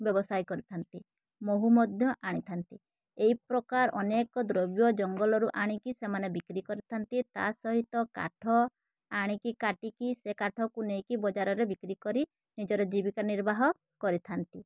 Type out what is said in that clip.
ବ୍ୟବସାୟ କରିଥାନ୍ତି ମହୁ ମଧ୍ୟ ଆଣିଥାନ୍ତି ଏଇ ପ୍ରକାର ଅନେକ ଦ୍ରବ୍ୟ ଜଙ୍ଗଲରୁ ଆଣିକି ସେମାନେ ବିକ୍ରି କରିଥାନ୍ତି ତା'ସହିତ କାଠ ଆଣିକି କାଟିକି ସେ କାଠକୁ ନେଇକି ବଜାରରେ ବିକ୍ରି କରି ନିଜର ଜୀବିକା ନିର୍ବାହ କରିଥାନ୍ତି